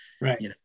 Right